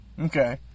Okay